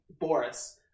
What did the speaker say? Boris